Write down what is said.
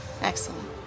Excellent